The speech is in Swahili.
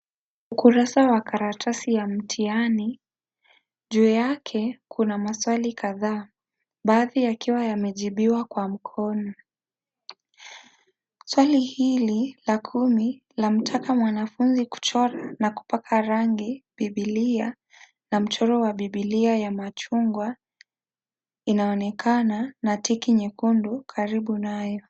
Ukurasa wa karatasi ya mtihani. Juu yake kuna maswali kadhaa, baadhi yakiwa yamejibiwa kwa mkono. Swali hili la kumi linataka mwanafunzi kuchora na kupaka rangi Bibilia na mchoro wa Bibilia ya machungwa inaonekana na tepu nyekundu karibu nayo.